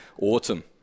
autumn